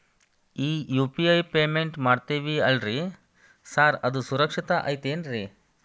ಈ UPI payment ಮಾಡ್ತೇವಿ ಅಲ್ರಿ ಸಾರ್ ಅದು ಸುರಕ್ಷಿತ್ ಐತ್ ಏನ್ರಿ?